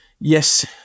yes